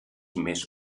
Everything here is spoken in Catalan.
més